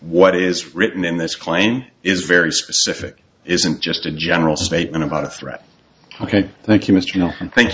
what is written in this claim is very specific isn't just a general statement about a threat ok thank you mr no thank you